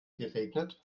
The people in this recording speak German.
geregnet